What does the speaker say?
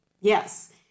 Yes